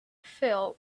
phil